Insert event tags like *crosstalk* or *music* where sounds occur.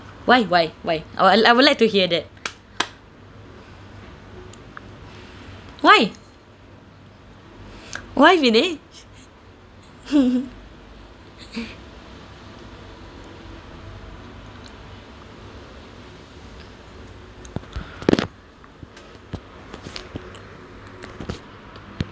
why why why I would I would like to hear that why why vinesh *laughs*